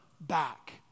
back